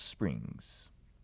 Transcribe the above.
Springs